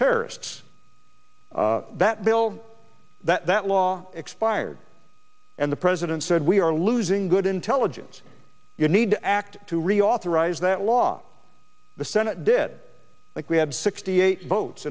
terrorists that bill that that law expired and the president said we are losing good intelligence you need to act to reauthorize that law the senate did like we had sixty eight